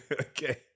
okay